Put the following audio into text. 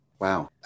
Wow